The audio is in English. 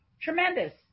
tremendous